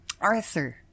Arthur